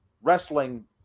wrestling